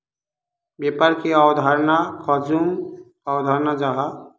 व्यापार की अवधारण कुंसम अवधारण जाहा?